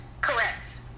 Correct